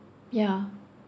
ya